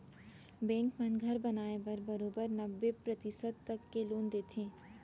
bank मन घर बनाए बर बरोबर नब्बे परतिसत तक के लोन देथे